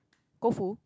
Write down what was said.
Koufu